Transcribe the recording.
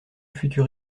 futur